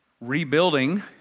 Rebuilding